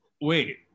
Wait